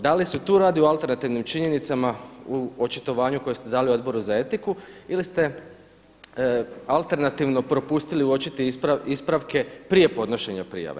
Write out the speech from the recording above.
Da li se tu radi o alternativnim činjenicama u očitovanju koje ste dali Odboru za etiku ili ste alternativno propustili uočiti ispravke prije podnošenja prijave.